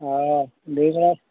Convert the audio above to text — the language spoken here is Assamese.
অঁ